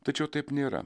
tačiau taip nėra